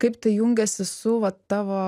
kaip tai jungiasi su vat tavo